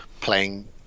playing